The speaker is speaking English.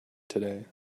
today